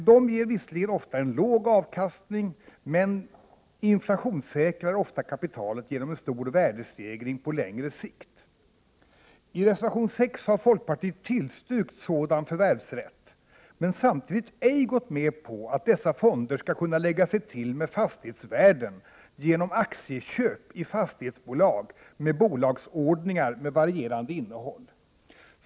Dessa ger visserligen en låg avkastning men inflationssäkrar ofta kapitalet genom en stor värdestegring på längre sikt. I reservation 6 har folkpartiet tillstyrkt sådan förvärvsrätt men samtidigt ej gått med på att dessa fonder skall kunna lägga sig till med fastighetsvärden genom aktieköp i fastighetsbolag med bolagsordningar med varierande innehåll.